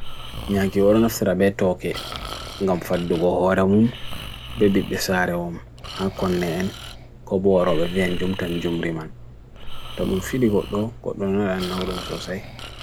Nyaki ornaf thirabey toke, ngam faddu gohoramun, bebib besari om, akon naen, gobo arabwe bhenjum tan jumbriman. Tadum fili gotdo, gotdo naraan na hodum sosai.